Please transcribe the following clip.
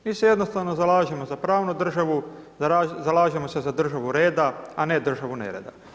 Mi se jednostavno zalažemo za pravnu državu, zalažemo se za državu reda, a ne državu nereda.